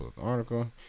Article